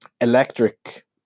electric